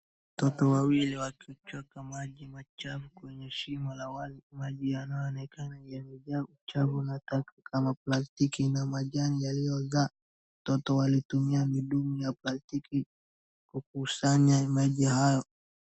Watoto wawili wakichota maji machafu kwenye shimo la wazi. Maji yanaonekana yamejaa uchafu hata kama plastiki na majani yaliyooza. Watoto walitumia mitungi ya plastiki kukusanya maji hayo.